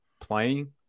playing